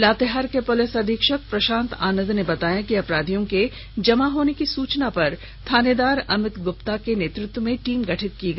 लातेहार के पुलिस अधीक्षक प्रशांत आनंद ने बताया कि अपराधियों के जमावड़ा होने कि सूचना पर थानेदार अमित गुप्ता के नेतृत्व में टीम गठित किया गया